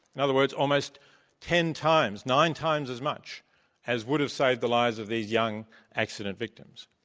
in other words, almost ten times, nine times as much as would have saved the lives of these young accident victims.